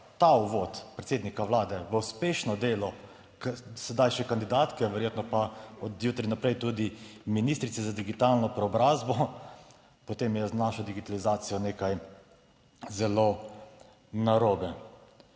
ta uvod predsednika Vlade v uspešno delo sedaj še kandidatke, verjetno pa od jutri naprej tudi ministrice za digitalno preobrazbo, potem je z našo digitalizacijo nekaj zelo narobe.